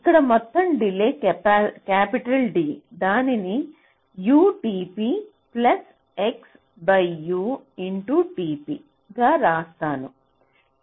ఇక్కడ మొత్తం delay capital D దానిని UtpXUtp గా రాస్తాను